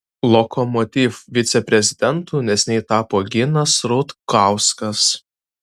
lokomotiv viceprezidentu neseniai tapo ginas rutkauskas